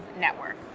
network